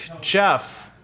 Jeff